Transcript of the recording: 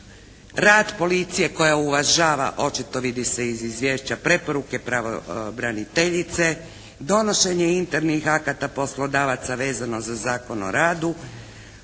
Rad policije koja oglašava, očito vidi se iz izvješća preporuke pravobraniteljice, donošenje internih akata poslodavaca vezano za Zakon o radu.